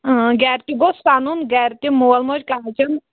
اۭں گَرِ تہِ گوژھ وَنُن گَرِ تہِ مول موج کالچن